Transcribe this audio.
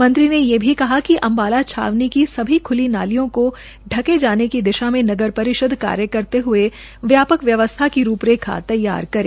मंत्री ने ये कहा कि अम्बाला छावनी की सभी खुली नालियों को के जाने के दिशा में नगर परिषद कार्य करते हये व्यापक व्यवस्था की रूप रेखा तैयार करें